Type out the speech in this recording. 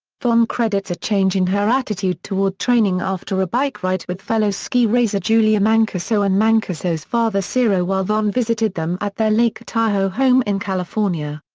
vonn credits a change in her attitude toward training after a bike ride with fellow ski racer julia mancuso and mancuso's father ciro while vonn visited them at their lake tahoe home in california.